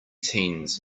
teens